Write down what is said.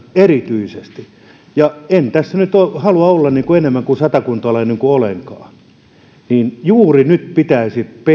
erityisesti telakkateollisuudessa en tässä nyt halua olla enemmän satakuntalainen kuin olenkaan mutta juuri nyt pitäisi